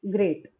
Great